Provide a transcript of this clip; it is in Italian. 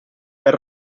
per